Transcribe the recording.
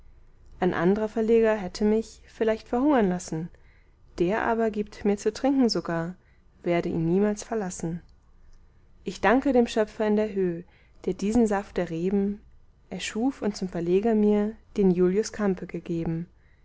ein andrer verleger hätte mich vielleicht verhungern lassen der aber gibt mir zu trinken sogar werde ihn niemals verlassen ich danke dem schöpfer in der höh der diesen saft der reben erschuf und zum verleger mir den julius campe gegeben